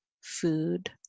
food